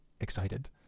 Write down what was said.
excited